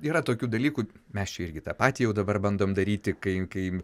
yra tokių dalykų mes čia irgi tą patį jau dabar bandom daryti kai